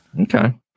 Okay